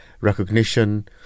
recognition